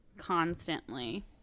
constantly